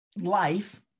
life